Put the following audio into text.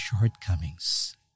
shortcomings